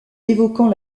évoquant